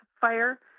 fire